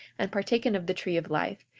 and partaken of the tree of life,